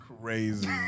crazy